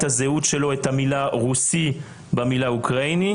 הזהות שלו את המילה רוסי במילה אוקראיני,